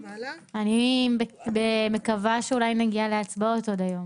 אני מקווה שאולי נגיע להצבעות היום.